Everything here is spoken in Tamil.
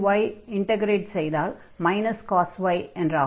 sin y இண்டக்ரேட் செய்தால் cos y என்றாகும்